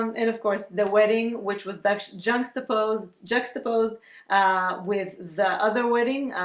um and of course the wedding, which was that junk supposed juxtaposed with the other wedding